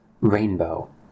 Rainbow